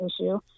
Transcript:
issue